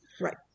Right